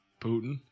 Putin